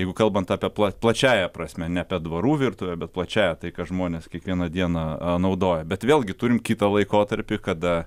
jeigu kalbant apie plačiąja prasme ne apie dvarų virtuvę bet plačiąja tai ką žmonės kiekvieną dieną naudoja bet vėlgi turim kitą laikotarpį kada